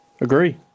Agree